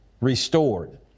restored